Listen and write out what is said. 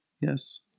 Yes